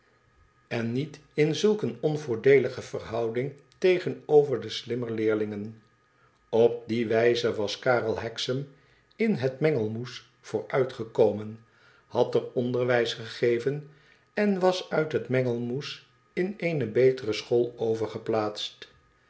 en niet in zulk eene onvoordeelige verhouding tegenover de slimmer leerlingen op die wijze was karel hexam in het mengelmoes vooruitgekomen had er onderwijs gegeven en was uit het mengelmoes tn eene betere school